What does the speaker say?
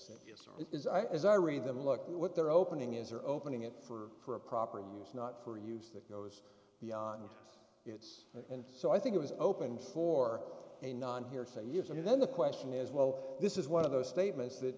said it is i as i read them look what they're opening is or opening it for a proper use not for use that goes beyond it's and so i think it was opened for a non hearsay years and then the question is well this is one of those statements that